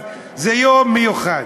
אז זה יום מיוחד.